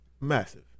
Massive